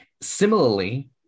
Similarly